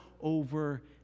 over